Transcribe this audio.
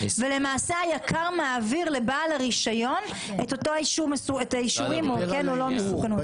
והיק"ר מעביר לבעל הרישיון את האישורים או הערכת המסוכנות כן או לא.